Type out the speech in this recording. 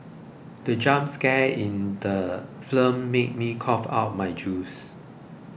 the jump scare in the film made me cough out my juice